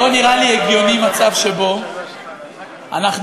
לא נראה לי הגיוני מצב שבו אנחנו,